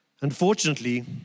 Unfortunately